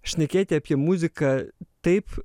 šnekėti apie muziką taip